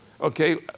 okay